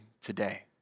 today